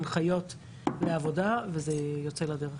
הנחיות לעבודה וזה יוצא לדרך.